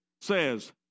says